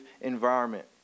environment